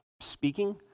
speaking